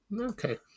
okay